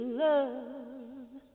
love